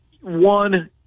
one